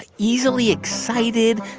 easily excited.